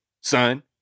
son